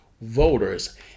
voters